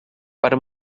para